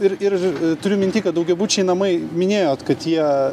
ir ir turiu minty kad daugiabučiai namai minėjot kad jie